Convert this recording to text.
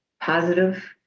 positive